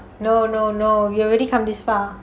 no no no you already come this far